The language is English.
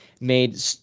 made